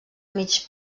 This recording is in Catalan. mig